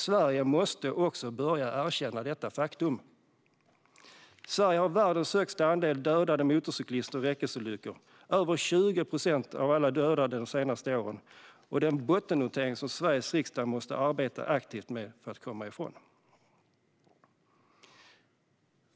Sverige måste också börja erkänna detta faktum. Sverige har störst andel dödade motorcyklister i räckesolyckor i världen med över 20 procent av alla dödade de senaste åren. Det är en bottennotering som Sveriges riksdag måste jobba aktivt med för att komma ifrån.